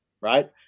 right